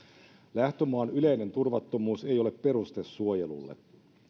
lähtömaan yleinen turvattomuus ei ole peruste suojelulle